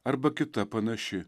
arba kita panaši